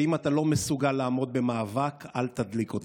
ואם אתה לא מסוגל לעמוד במאבק, אל תדליק אותו.